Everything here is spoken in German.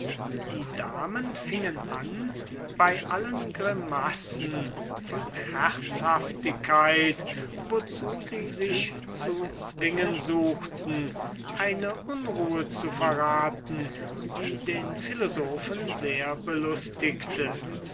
die damen fingen an bei allen grimassen von herzhaftigkeit wozu sie sich zu zwingen suchten eine unruhe zu verraten die den philosophen sehr belustigte